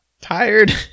tired